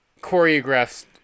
choreographed